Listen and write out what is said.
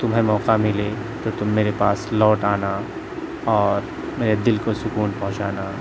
تمہیں موقع ملے تو تم میرے پاس لوٹ آنا اور میرے دل کو سکون پہنچانا